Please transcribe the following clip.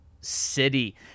City